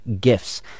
gifts